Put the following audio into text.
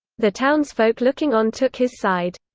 the townsfolk looking on took his side.